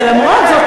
אבל למרות זאת,